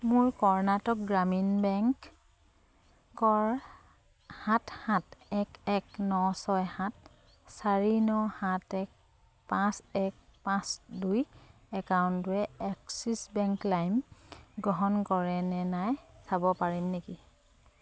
মোৰ কৰ্ণাটক গ্ৰামীণ বেংকৰ সাত সাত এক এক ন ছয় সাত চাৰি ন সাত এক পাঁচ এক পাঁচ দুই কাউণ্টটোৱে এক্সিছ বেংক লাইম গ্ৰহণ কৰেনে নাই চাব পাৰিম নেকি